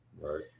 right